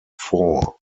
four